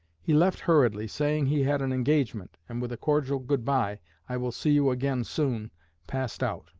he left hurriedly, saying he had an engagement, and with a cordial good-bye! i will see you again soon passed out.